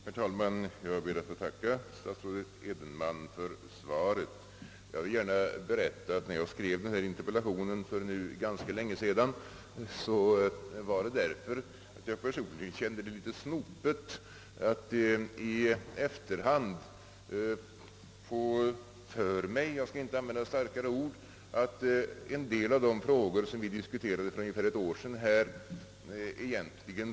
Herr talman! Jag ber att få tacka statsrådet Edenman för svaret, Jag vill gärna berätta i efterhand att jag fått för mig — jag skall inte använda starkare ord — att det egentligen var för sent att diskutera en del av de frågor som vi diskuterade här för ungefär ett år sedan.